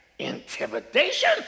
intimidation